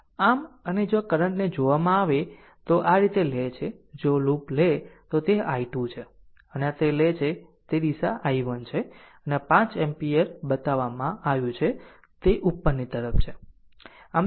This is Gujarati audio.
આમ અને જો આ કરંટ ને જોવામાં આવે તો આ રીતે લે છે જો લૂપ લે તો તે i2 છે અને આ તે લે છે આ દિશા i1 છે અને 5 એમ્પિયર બતાવવામાં આવ્યું છે કે તે ઉપરની તરફ છે